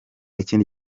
ikindi